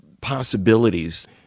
possibilities